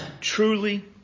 truly